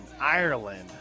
Ireland